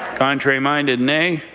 contrary-minded, nay?